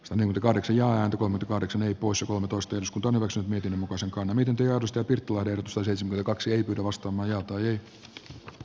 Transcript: toinen karsija on kahdeksan eli kuusi luovutustyskutunousu mikäli mucosalkaan miten työ josta pirtua tertsusen ja kaksi hevosta majoituyt y